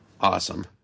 Awesome